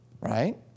Right